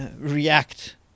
react